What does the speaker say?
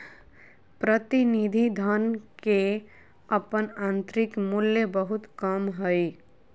प्रतिनिधि धन के अपन आंतरिक मूल्य बहुत कम हइ